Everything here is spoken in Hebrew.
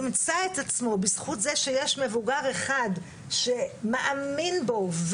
ימצא את עצמו בזכות זה שיש מבוגר אחד שמאמין בו,